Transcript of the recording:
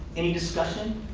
any discussion?